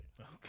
Okay